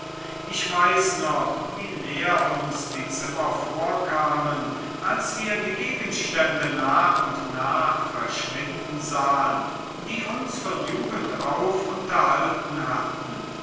ich weiß noch wie leer uns die zimmer vorkamen als wir die gegenstände nach und nach verschwinden sahen die uns von jugend auf unterhalten hatten